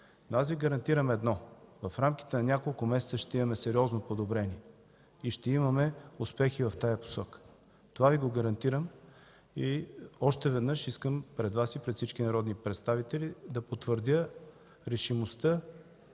Но аз Ви гарантирам едно – в рамките на няколко месеца ще имаме сериозно подобрение! Ще имаме успех и в тази посока! Това Ви го гарантирам. И още веднъж искам пред Вас и пред всички народни представители да потвърдя решимостта